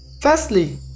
Firstly